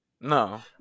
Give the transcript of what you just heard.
No